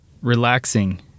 relaxing